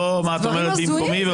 לא מה את אומרת במקומי.